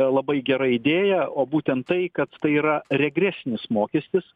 labai gera idėja o būtent tai kad tai yra regresinis mokestis